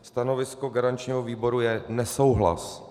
Stanovisko garančního výboru je nesouhlas.